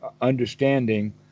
understanding